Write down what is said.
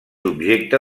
objecte